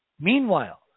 meanwhile